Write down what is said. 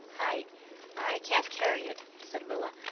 i i can't carry it, said rilla.